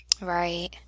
Right